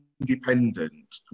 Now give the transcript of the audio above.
independent